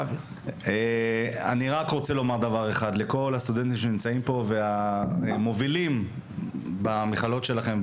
רוצה לומר דבר אחד לכל הסטודנטים שנמצאים פה והמובילים במכללות שלכם,